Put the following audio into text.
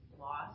loss